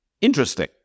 interesting